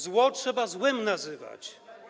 Zło trzeba złem nazywać.